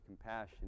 compassion